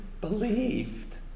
believed